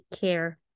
care